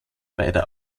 beider